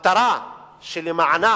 שהמטרה שלמענה